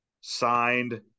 signed